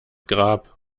grab